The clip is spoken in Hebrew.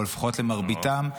או לפחות למרביתם,